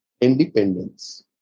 independence